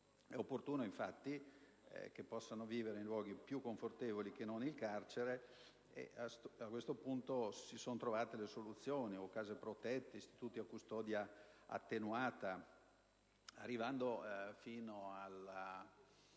È opportuno infatti che possano vivere in luoghi più confortevoli che non il carcere, e si sono trovate delle soluzioni: case protette o istituti a custodia attenuata, arrivando fino alla